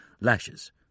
lashes